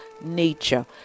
nature